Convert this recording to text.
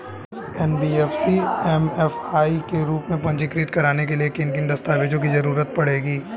NBFC MFI के रूप में पंजीकृत कराने के लिए किन किन दस्तावेजों की जरूरत पड़ेगी?